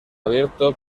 abierto